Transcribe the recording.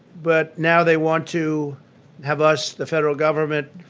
but now they want to have us, the federal government,